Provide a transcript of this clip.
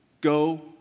Go